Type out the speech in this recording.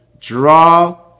Draw